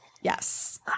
Yes